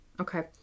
okay